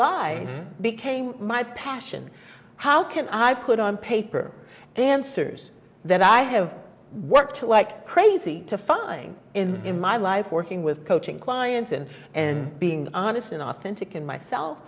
lie became my passion how can i put on paper then cers that i have worked like crazy to find in in my life working with coaching clients in and being honest and authentic in myself